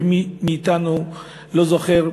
ומי מאתנו לא זוכר,